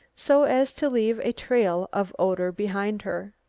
so as to leave a trail of odour behind her.